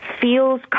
feels